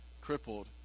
crippled